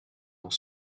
dans